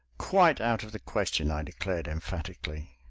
quite out of the question! i declared emphatically.